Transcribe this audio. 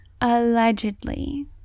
allegedly